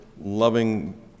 loving